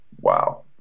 wow